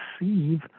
receive